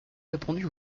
répandue